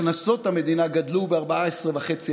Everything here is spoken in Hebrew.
הכנסות המדינה גדלו ב-14.5%,